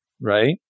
right